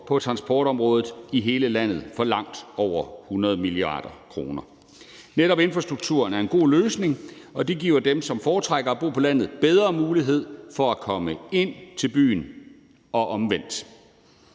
på transportområdet i hele landet, på langt over 100 mia. kr. Netop infrastrukturen er en god løsning, og det giver dem, som foretrækker at bo på landet, bedre mulighed for at komme ind til byen, og omvendt.